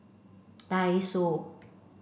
Daiso